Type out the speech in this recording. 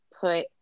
put